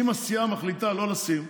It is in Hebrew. אם הסיעה מחליטה לא לשים,